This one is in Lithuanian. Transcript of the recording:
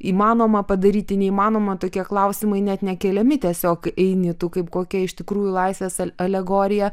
įmanoma padaryti neįmanoma tokie klausimai net nekeliami tiesiog eini tu kaip kokia iš tikrųjų laisvės alegorija